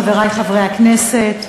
חברי חברי הכנסת,